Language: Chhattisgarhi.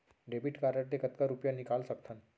डेबिट कारड ले कतका रुपिया निकाल सकथन?